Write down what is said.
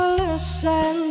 listen